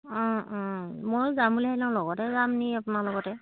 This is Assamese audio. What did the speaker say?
অঁ অঁ ময়ো যাম বুলি ভাবিছিলো লগতে যামনি আপোনাৰ লগতে